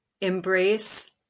embrace